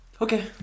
Okay